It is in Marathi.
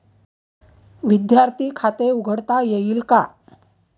विद्यार्थी खाते उघडता येईल का?